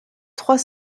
trois